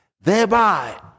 Thereby